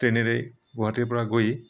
ট্ৰেনেৰে গুৱাহাটীৰ পৰা গৈ